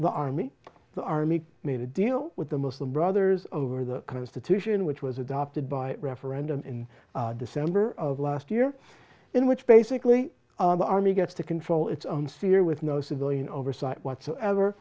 the army the army made a deal with the muslim brothers over the constitution which was adopted by referendum in december of last year in which basically the army gets to control its own fear with no civilian oversight whatsoever